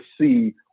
see